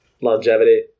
longevity